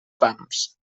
pams